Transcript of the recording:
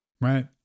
Right